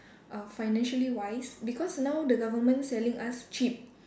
uh financially wise because now the government selling us cheap